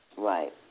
Right